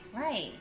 Right